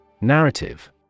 Narrative